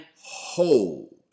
hold